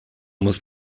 muss